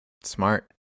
Smart